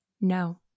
No